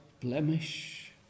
blemish